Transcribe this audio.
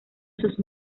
sus